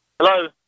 Hello